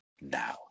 now